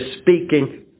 speaking